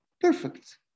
Perfect